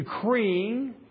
decreeing